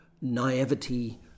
naivety